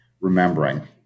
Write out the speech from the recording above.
remembering